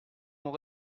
mon